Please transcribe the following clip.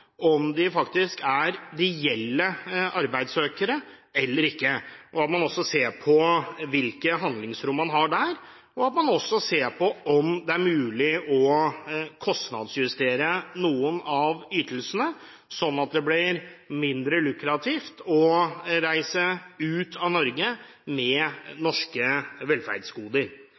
om de faktisk er reelle arbeidssøkere eller ikke – og at man også ser på hvilke handlingsrom man har der, og om det er mulig å kostnadsjustere noen av ytelsene, sånn at det blir mindre lukrativt å reise ut av Norge med norske velferdsgoder.